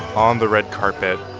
on the red carpet,